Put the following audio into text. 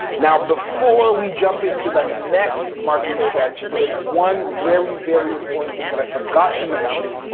now, before we jump into the next marketing strategy, there is one very, very important thing that i forgot to mention,